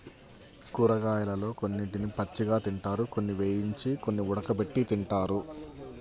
కూరగాయలలో కొన్నిటిని పచ్చిగా తింటారు, కొన్ని వేయించి, కొన్ని ఉడకబెట్టి తింటారు